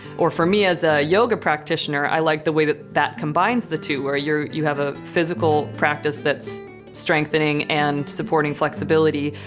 or for me as a yoga practitioner, i like the way that that combines the two, where you have a physical practice that's strengthening and supporting flexibility,